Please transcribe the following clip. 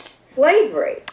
slavery